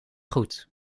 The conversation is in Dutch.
goed